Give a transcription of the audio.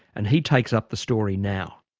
and he takes up the story now.